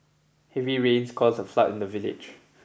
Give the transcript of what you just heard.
heavy rains caused a flood in the village